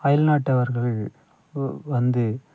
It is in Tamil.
அயல்நாட்டவர்கள் உ வந்து